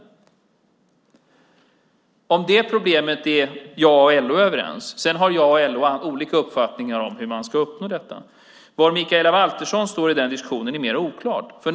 Om det problemet är jag och LO överens. Jag och LO har däremot olika uppfattningar om hur man ska uppnå detta. Var Mikaela Valtersson står i den diskussionen är mer oklart.